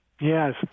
Yes